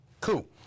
cool